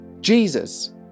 Jesus